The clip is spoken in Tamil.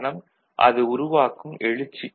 காரணம் அது உருவாக்கும் எழுச்சி